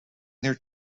their